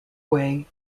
way